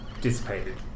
dissipated